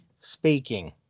speaking